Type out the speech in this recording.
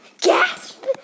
Gasp